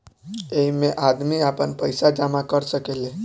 ऐइमे आदमी आपन पईसा जमा कर सकेले